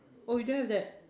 oh you don't have that